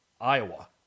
Iowa